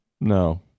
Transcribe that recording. No